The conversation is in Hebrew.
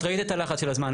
את ראית את הלחץ של הזמן,